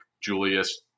Julius